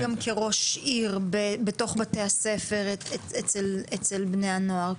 מה אתה כראש עיר חווה אצל בני הנוער בתוך בתי הספר?